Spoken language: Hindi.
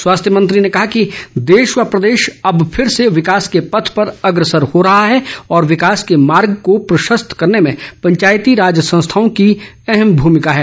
स्वास्थ्य मंत्री ने कहा कि देश व प्रदेश अब फिर से विकास के पथ पर अग्रसर हो रहा है और विकास के मार्ग को प्रशस्त करने में पंचायती राज संस्थाओं की अहम भूमिका है